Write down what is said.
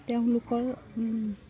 তেওঁলোকৰ